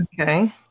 Okay